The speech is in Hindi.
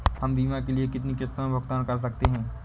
हम बीमा के लिए कितनी किश्तों में भुगतान कर सकते हैं?